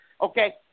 Okay